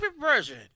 version